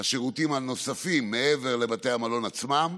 השירותים הנוספים, מעבר לבתי המלון עצמם,